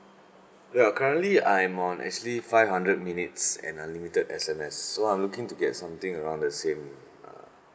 ya currently I am on actually five hundred minutes and unlimited S_M_S so I'm looking to get something around the same uh